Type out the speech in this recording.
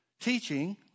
teaching